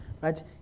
right